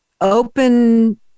open